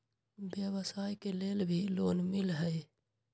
व्यवसाय के लेल भी लोन मिलहई?